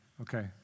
Okay